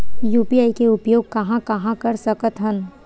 UPI के उपयोग कहां कहा कर सकत हन?